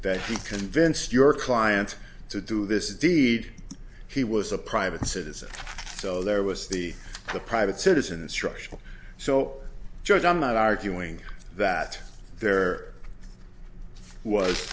that he convinced your client to do this deed he was a private citizen so there was the the private citizen instructional so just i'm not arguing that there was